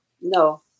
No